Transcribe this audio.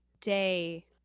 day